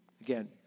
again